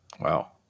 Wow